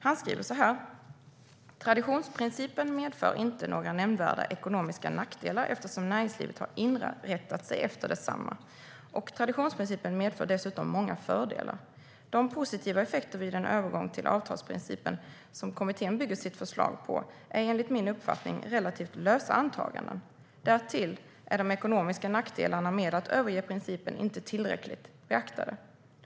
Han skriver: Traditionsprincipen medför inte några nämnvärda ekonomiska nackdelar eftersom näringslivet har inrättat sig efter detsamma, och traditionsprincipen medför dessutom många fördelar. De positiva effekter vid en övergång till avtalsprincipen som kommittén bygger sitt förslag på är enligt min uppfattning relativt lösa antaganden. Därtill är de ekonomiska nackdelarna med att överge principen inte tillräckligt beaktade.